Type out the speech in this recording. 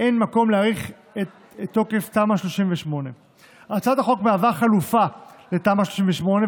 אין מקום להאריך את תוקף תמ"א 38. הצעת החוק היא חלופה לתמ"א 38,